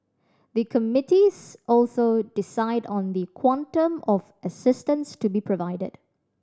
the committees also decide on the quantum of assistance to be provided